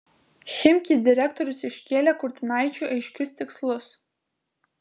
chimki direktorius iškėlė kurtinaičiui aiškius tikslus